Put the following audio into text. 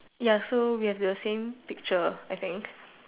ya so we have your same picture I think